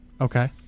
Okay